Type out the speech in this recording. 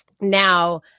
Now